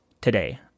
today